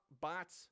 bots